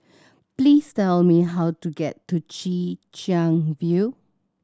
please tell me how to get to Chwee Chian View